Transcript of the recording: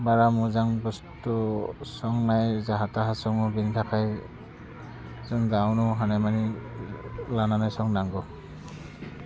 बारा मोजां बस्थु संनाय जाहा थाहा सङो बेनि थाखाय जों गावनो हानाय मानि लानानै संनांगौ